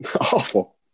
Awful